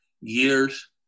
years